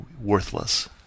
worthless